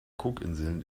cookinseln